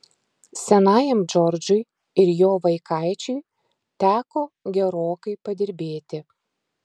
senajam džordžui ir jo vaikaičiui teko gerokai padirbėti